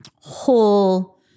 whole